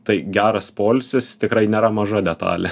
tai geras poilsis tikrai nėra maža detalė